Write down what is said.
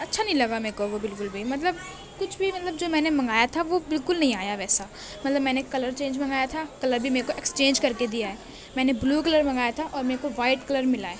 اچھا نہیں لگا میرے کو وہ بالکل بھی مطلب کچھ بھی مطلب جو میں نے منگایا تھا وہ بالکل نہیں آیا ویسا مطلب میں نے کلر چینج منگایا تھا کلر بھی میرے کو ایکسچینج کر کے دیا ہے میں نے بلو کلر منگایا تھا اور میرے کو وائٹ کلر ملا ہے